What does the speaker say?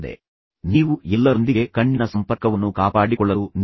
ಆದರೆ ಎಲ್ಲಕ್ಕಿಂತ ಮುಖ್ಯವಾಗಿ ಎಲ್ಲಾ ಜನರೊಂದಿಗೆ ಕಣ್ಣಿನ ಸಂಪರ್ಕವನ್ನು ಕಾಪಾಡಿಕೊಳ್ಳಲು ಪ್ರಯತ್ನಿಸಿ